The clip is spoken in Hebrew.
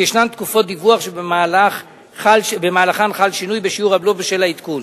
ויש תקופות דיווח שבמהלכן חל שינוי בשיעור הבלו בשל העדכון.